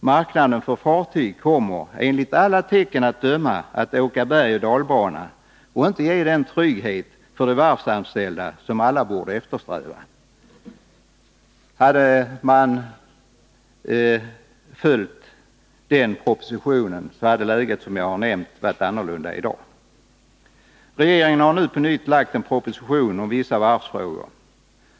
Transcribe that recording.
”Marknaden för fartyg kommer enligt alla tecken att döma att åka bergoch dalbana och inte ge den trygghet för de anställda som alla borde eftersträva.” Om man hade följt den propositionen, så hade läget — som jag redan har nämnt — varit annorlunda i dag. Regeringen har nu på nytt lagt fram en proposition om vissa varvsfrågor.